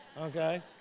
Okay